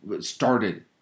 started